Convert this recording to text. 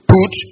Put